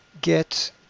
get